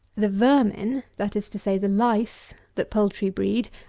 the vermin, that is to say, the lice, that poultry breed,